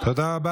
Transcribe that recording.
תודה רבה.